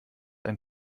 ein